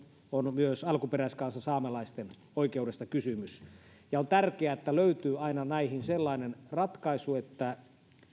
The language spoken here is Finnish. on myös alkuperäiskansa saamelaisten oikeudesta kysymys on tärkeää että näihin löytyy aina sellainen ratkaisu että